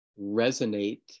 resonate